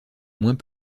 moins